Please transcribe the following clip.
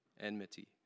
enmity